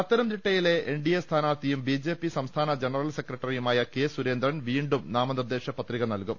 പത്തനംതിട്ടയിലെ N D A സ്ഥാനാർത്ഥിയും B J P സംസ്ഥാന ജനറൽ സെക്രട്ടറിയുമായ കെ സുരേന്ദ്രൻ വീണ്ടും നാമനിർദേശ പത്രിക നൽകും